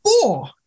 four